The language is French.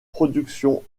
productions